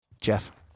Jeff